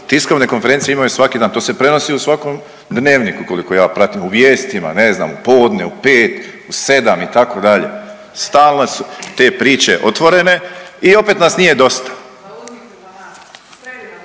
tiskovne konferencije imaju svaki dan to se prenosi u svakom Dnevniku koliko ja pratim, u vijestima, ne znam u podne, u pet, u sedam itd. stalno su te priče otvorene i opet nas nije dosta.